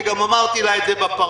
וגם אמרתי לה את זה בפרצוף,